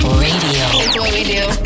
radio